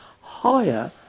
higher